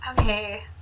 okay